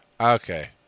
Okay